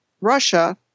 Russia